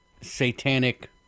satanic